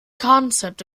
concept